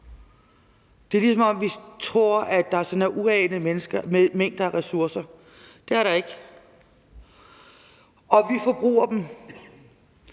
Det er, ligesom om vi tror, at der sådan er uanede mængder af ressourcer; det er der ikke – og vi forbruger dem.